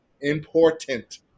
important